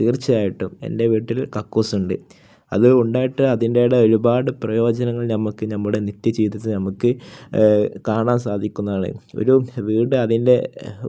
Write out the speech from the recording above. തീർച്ചയായിട്ടും എൻ്റെ വീട്ടിൽ കക്കൂസുണ്ട് അത് ഉണ്ടായിട്ട് അതിൻ്റടെ ഒരുപാട് പ്രയോജനങ്ങൾ നമ്മൾക്ക് നമ്മുടെ നിത്യജീവിതത്തിൽ നമുക്ക് കാണാൻ സാധിക്കുന്നതാണ് ഒരു വീട് അതിൻ്റെ